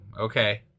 okay